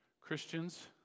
Christians